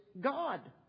God